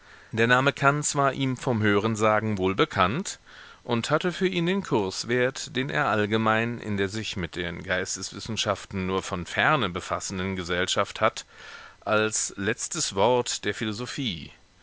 der name kants war ihm vom hörensagen wohl bekannt und hatte für ihn den kurswert den er allgemein in der sich mit den geisteswissenschaften nur von ferne befassenden gesellschaft hat als letztes wort der philosophie